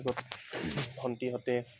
ভণ্টিহঁতে